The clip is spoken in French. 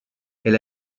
elle